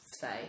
say